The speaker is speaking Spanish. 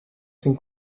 sin